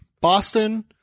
Boston